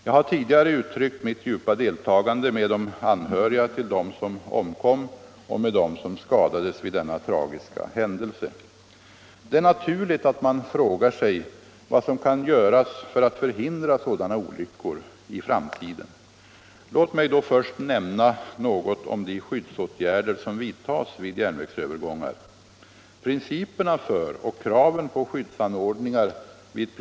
Jag har tidigare uttryckt mitt djupa deltagande med de anhöriga till dem som omkom och med dem som skadades vid denna tragiska händelse. 13 Om ökad säkerhet Det är naturligt att man frågar sig vad som kan göras för att förhindra sådana olyckor i framtiden. Låt mig då först nämna något om de skyddsåtgärder som vidtas vid järnvägsövergångar.